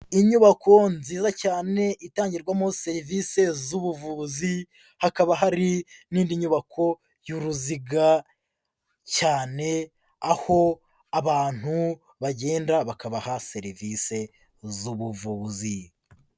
Inyubako nziza cyane itangirwamo serivisi z'ubuvuzi hakaba hari n'indi nyubako y'uruziga cyane, aho abantu bagenda bakabaha serivisi z'ubuvuzi.